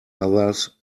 others